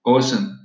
Awesome